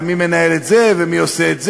ומי מנהל את זה ומי עושה את זה.